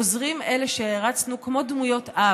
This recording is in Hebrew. גוזרים אלה שהערצנו כמו דמויות אב,